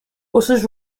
buses